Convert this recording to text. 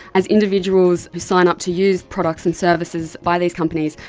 as individuals sign up to use products and services by these companies,